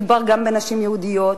מדובר בנשים יהודיות,